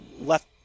left